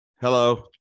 Hello